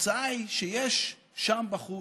והתוצאה היא שיש שם בחוץ,